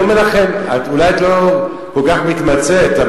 אולי את לא כל כך מתמצאת,